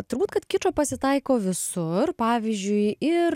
turbūt kad kičo pasitaiko visur pavyzdžiui ir